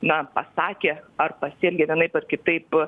na pasakė ar pasielgė vienaip ar kitaip